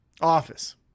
Office